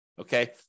okay